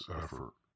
effort